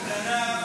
גנב,